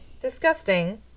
Disgusting